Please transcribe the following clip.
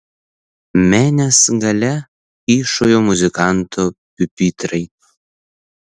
menės gale kyšojo muzikantų piupitrai